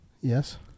yes